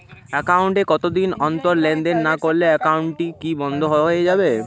Account এ কতদিন অন্তর লেনদেন না করলে একাউন্টটি কি বন্ধ হয়ে যাবে?